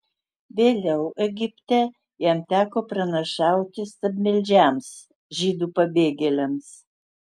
vėliau egipte jam teko pranašauti stabmeldžiams žydų pabėgėliams